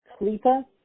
Klipa